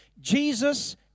Jesus